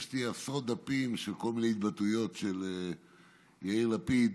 יש לי עשרות דפים של כל מיני התבטאויות של יאיר לפיד